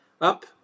up